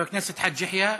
חבר הכנסת חאג' יחיא?